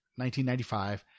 1995